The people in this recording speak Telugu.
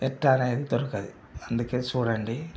ఎట్టా అనేది దొరుకదు అందుకే చూడండి